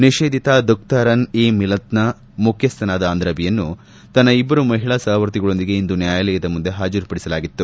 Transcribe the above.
ನಿಷೇಧಿತ ದುಖ್ತಾರನ್ ಇ ಮಿಲತ್ನ ಮುಖ್ತಸ್ಥನಾದ ಅಂದ್ರಾಬಿಯನ್ನು ತನ್ನ ಇಬ್ಬರು ಮಹಿಳಾ ಸಹವರ್ತಿಗಳೊಂದಿಗೆ ಇಂದು ನ್ಯಾಯಾಲಯದ ಮುಂದೆ ಹಾಜರುಪಡಿಸಲಾಗಿತ್ತು